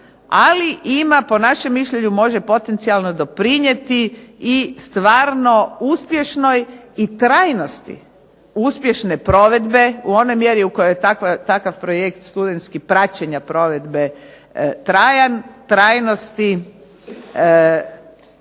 ali ima po našem mišljenju može potencijalno doprinijeti i stvarno uspješnoj i trajnosti uspješne provedbe u onoj mjeri u kojoj takav projekt studentski praćenja provedbe trajan, trajnosti,